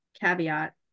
caveat